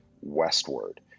westward